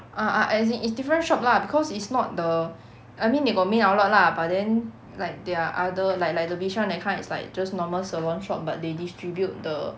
ah ah as in is different shop lah because it's not the I mean they got main outlet lah but then like their other like like the bishan that kind is like just normal salon shop but they distribute the